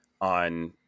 on